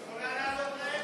את יכולה לעלות לאמצע.